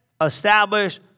establish